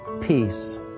peace